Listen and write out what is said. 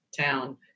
town